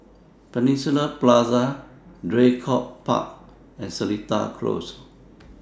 Peninsula Plaza Draycott Park and Seletar Close